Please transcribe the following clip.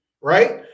right